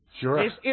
Sure